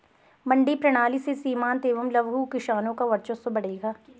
मंडी प्रणाली से सीमांत एवं लघु किसानों का वर्चस्व बढ़ेगा